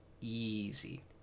easy